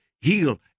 heal